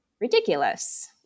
ridiculous